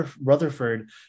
Rutherford